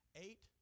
eight